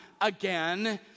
again